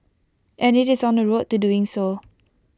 and IT is on the road to doing so